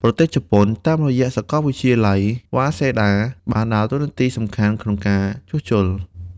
ប្រទេសជប៉ុន តាមរយៈសាកលវិទ្យាល័យ វ៉ាសេដា Waseda បានដើរតួនាទីយ៉ាងសំខាន់ក្នុងការជួសជុល។